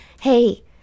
hey